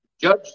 judge